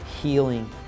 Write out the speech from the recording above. healing